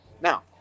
now